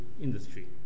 industry